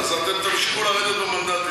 אז אתם תמשיכו לרדת במנדטים.